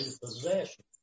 possession